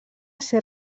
ser